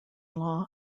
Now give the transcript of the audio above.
law